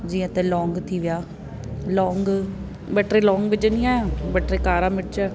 जीअं त लोंग थी विया लोंग ॿ टे लोंग विझंदी आहियां ॿ टे कारा मिर्च